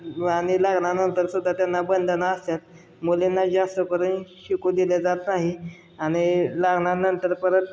व आणि लाग्नानंतर सुद्धा त्यांना बंधनं असतात मुलींना जास्त करून शिकू दिलं जात नाही आणि लाग्नानंतर परत